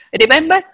Remember